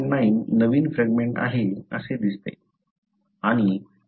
9 नवीन फ्रॅगमेंट आहे असे दिसते आणि 2